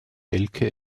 elke